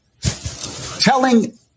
telling